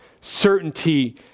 certainty